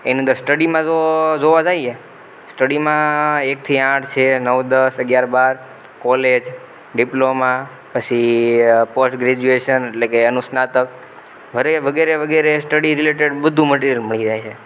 એની અંદર સ્ટડીમાં જો જોવા જાઈએ સ્ટડીમાં એકથી આઠ છે નવ દસ અગિયાર બાર કોલેજ ડિપ્લોમા પછી પોસ્ટ ગ્રેજ્યુએશન એટલે કે અનુસ્નાતક વગેરે વગેરે સ્ટડી રિલેટેડ બધું મટિરિયલ મળી જાય છે